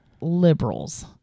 liberals